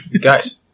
Guys